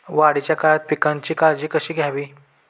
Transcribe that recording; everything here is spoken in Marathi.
वाढीच्या काळात पिकांची काळजी कशी घ्यावी?